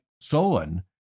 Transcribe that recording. Solon